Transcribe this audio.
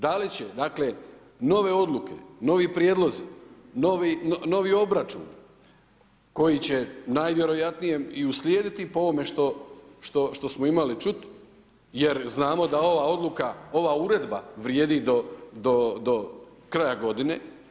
Dakle, da li će nove odluke, novi prijedlozi, novi obračuni koji će najvjerojatnije i uslijediti po ovome što smo imali čuti jer znamo da ova odluka, ova uredba vrijedi do kraja godine.